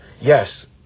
yes